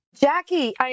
Jackie